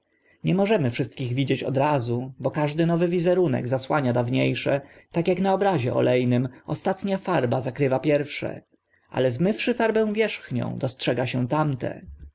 nie możemy wszystkich widzieć od razu bo każdy nowy wizerunek zasłania dawnie sze tak ak na obrazie ole nym ostatnia farba zakrywa pierwsze ale zmywszy farbę wierzchnią dostrzega się tamte